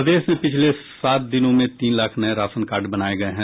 प्रदेश में पिछले सात दिनों में तीन लाख नये राशन कार्ड बनाये गये हैं